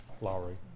Lowry